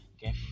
Get